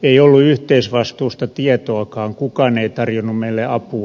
ei ollut yhteisvastuusta tietoakaan kukaan ei tarjonnut meille apua